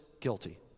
guilty